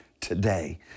today